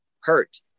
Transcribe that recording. hurt